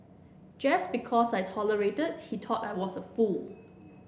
just because I tolerated he thought I was a fool